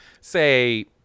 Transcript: say